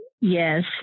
Yes